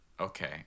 okay